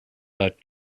but